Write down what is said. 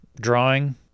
Drawing